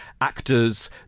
actors